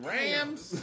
Rams